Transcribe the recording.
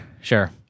sure